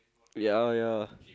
ya ya